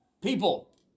People